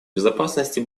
безопасности